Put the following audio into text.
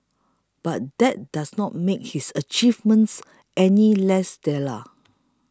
but that does not make his achievements any less stellar